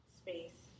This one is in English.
space